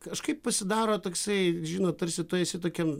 kažkaip pasidaro toksai žinot tarsi tu esi tokiam